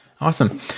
Awesome